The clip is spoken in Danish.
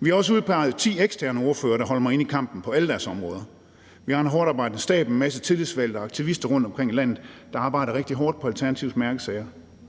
Vi har også udpeget ti eksterne ordførere, der holder mig inde i kampen på alle deres områder. Vi har en hårdtarbejdende stab med en masse tillidsvalgte aktivister rundtomkring i landet, der arbejder rigtig hårdt for Alternativets mærkesager.